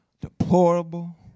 deplorable